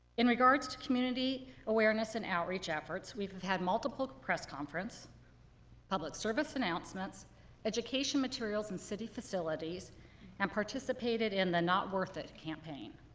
in regards to community awareness and outreach efforts, we've we've had multiple press conference public service announcements education materials and city facilities and participated in the not worth it campaign.